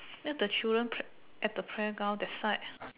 near the children pla~ at the playground that side